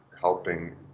helping